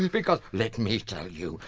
because, let me tell you,